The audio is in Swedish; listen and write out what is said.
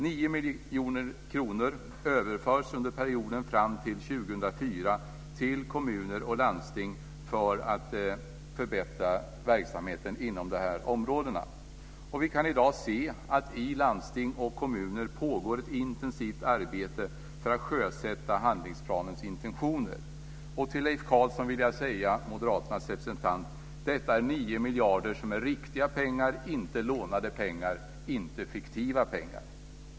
9 miljoner kronor överförs under perioden fram till år 2004 till kommuner och landsting för att förbättra verksamheten inom dessa områden. Vi kan i dag se att det i landsting och kommuner pågår ett intensivt arbete för att sjösätta handlingsplanens intentioner. Till moderaternas representant Leif Carlson vill jag säga att det är 9 miljoner som är riktiga pengar, inte lånade pengar, inte fiktiva pengar.